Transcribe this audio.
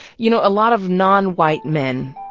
you know a lot of non-white men,